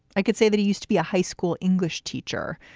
i could say that he used to be a high school english teacher,